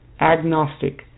agnostic